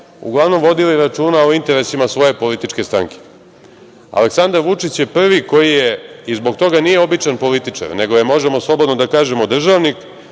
uglavnom vodili računa o interesima svoje političke stranke. Aleksandar Vučić je prvi koji je i zbog toga nije običan političar, nego je, možemo slobodno da kažemo, državnik